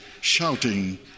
shouting